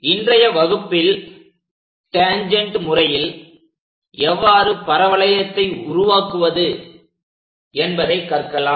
இன்றைய வகுப்பில் டேன்ஜெண்ட் முறையில் எவ்வாறு பரவளையத்தை உருவாக்குவது என்பதை கற்கலாம்